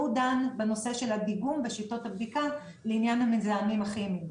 שהוא דן בנושא של הדיגום ושיטות הבדיקה לעניין המזהמים הכימיים.